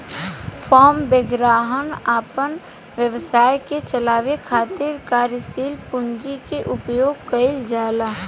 form वैगरह अपना व्यवसाय के चलावे खातिर कार्यशील पूंजी के उपयोग कईल जाला